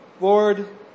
Lord